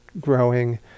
growing